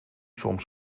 soms